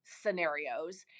scenarios